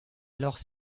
alors